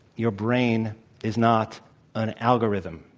your brain is not an algorithm.